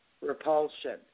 repulsion